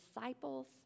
disciples